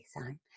sign